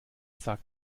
sagt